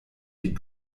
wie